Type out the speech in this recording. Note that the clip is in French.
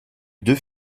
deux